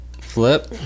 flip